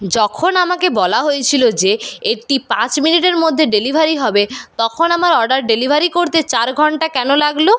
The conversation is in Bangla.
যখন আমাকে বলা হয়েছিল যে এটি পাঁচ মিনিটের মধ্যে ডেলিভারি হবে তখন আমার অর্ডার ডেলিভারি করতে চার ঘণ্টা কেন লাগল